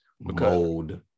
Mold